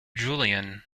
julian